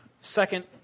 second